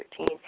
2013